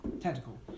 Tentacle